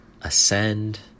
Ascend